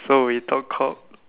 so we talk cock